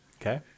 Okay